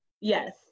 Yes